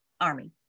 Army